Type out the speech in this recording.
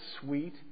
sweet